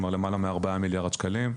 כלומר למעלה מ-4 מיליארד שקלים.